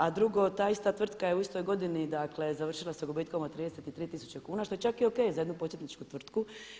A drugo, ta ista tvrtka je u istoj godini dakle završila sa gubitkom od 33 tisuće kuna što je čak i ok za jednu početničku tvrtku.